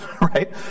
right